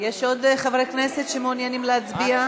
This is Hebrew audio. יש עוד חברי כנסת שמעוניינים להצביע?